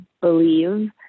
believe